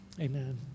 amen